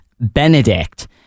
Benedict